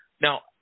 now